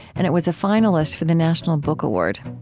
and it was a finalist for the national book award.